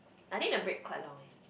I think the break quite long eh